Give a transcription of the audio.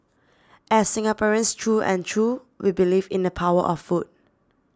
as Singaporeans through and through we believe in the power of food